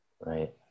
Right